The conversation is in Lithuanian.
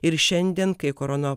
ir šiandien kai korona